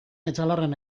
etxalarren